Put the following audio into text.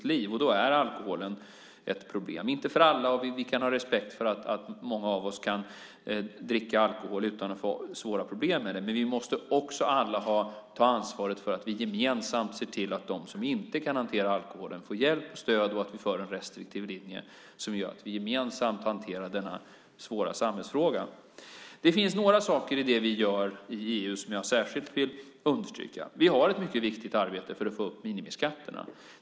Alkoholen är ett problem. Den är inte ett problem för alla. Vi kan ha respekt för att många av oss kan dricka alkohol utan att få svåra problem av det, men vi alla måste ta ansvar för att gemensamt se till att de som inte kan hantera alkoholen får hjälp och stöd och att vi för en restriktiv linje som gör att vi gemensamt hanterar denna svåra samhällsfråga. Det finns några saker i det vi gör i EU som jag särskilt vill understryka. Vi har ett mycket viktigt arbete för att få upp minimiskatterna.